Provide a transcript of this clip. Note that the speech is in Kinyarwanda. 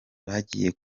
bagiye